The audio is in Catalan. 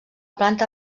planta